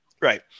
Right